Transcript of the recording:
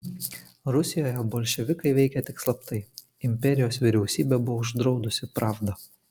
rusijoje bolševikai veikė tik slaptai imperijos vyriausybė buvo uždraudusi pravdą